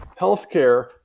healthcare